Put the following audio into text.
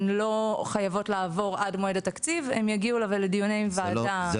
הם לא חייבות לעבור עד מועד התקציב אבל הם יגיעו לדיוני ועדה -- לא,